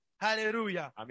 hallelujah